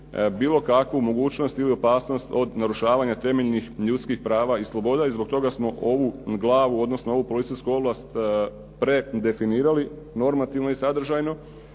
bilo kakvu mogućnost ili opasnost od narušavanja temeljnih ljudskih prava i sloboda i zbog toga smo ovu glavu, odnosno ovu policijsku ovlast predefinirali normativno i sadržajno,